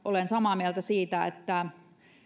olen samaa mieltä siitä että